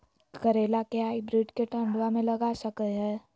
करेला के हाइब्रिड के ठंडवा मे लगा सकय हैय?